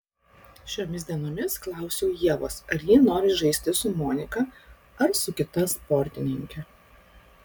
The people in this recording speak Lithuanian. šiomis dienomis klausiau ievos ar ji nori žaisti su monika ar su kita sportininke